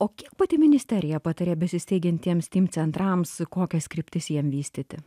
o kiek pati ministerija pataria besisteigiantiems steam centrams kokias kryptis jiem vystyti